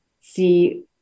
see